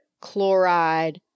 chloride